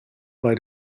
bei